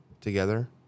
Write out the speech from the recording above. together